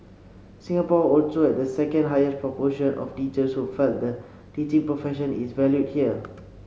Singapore also had the second highest proportion of teachers who felt the teaching profession is valued here